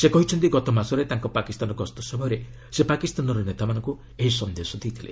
ସେ କହିଛନ୍ତି ଗତମାସରେ ତାଙ୍କ ପାକିସ୍ତାନ ଗସ୍ତ ସମୟରେ ସେ ପାକିସ୍ତାନର ନେତାମାନଙ୍କୁ ଏହି ସନ୍ଦେଶ ଦେଇଥିଲେ